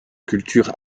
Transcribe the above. culture